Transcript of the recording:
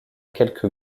quelque